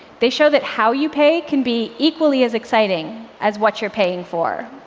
they show that how you pay can be equally as exciting as what you're paying for.